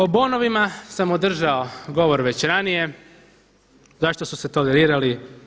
O bonovima sam održao govor već ranije zašto su se tolerirali.